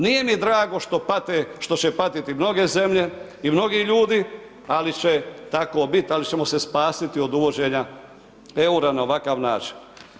Nije mi drago što pate, što je patiti mnoge zemlje i mnogi ljudi, ali će tako biti, ali ćemo se spasiti od uvođenja eura na ovakav način.